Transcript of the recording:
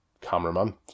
cameraman